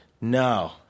No